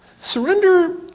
Surrender